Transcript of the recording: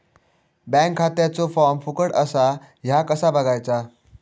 Bank खात्याचो form फुकट असा ह्या कसा बगायचा?